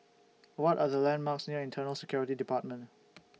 What Are The landmarks near Internal Security department